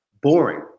boring